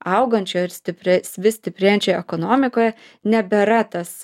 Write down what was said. augančio ir stipri vis stiprėjančioj ekonomikoj nebėra tas